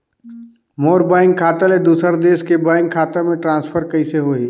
मोर bank खाता ले दुसर देश के बैंक खाता मे ट्रांसफर कइसे होही?